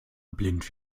blind